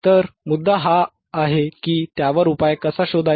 तर मुद्दा हा आहे की त्यावर उपाय कसा शोधायचा